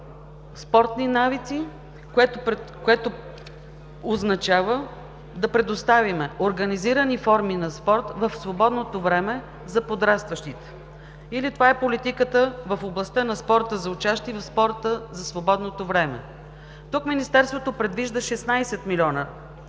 спортни навици, което означава да предоставим организирани форми на спорт в свободното време за подрастващите, или това е политиката в областта на спорта за учащи в спорта за свободното време. Тук Министерството предвижда 16 милиона,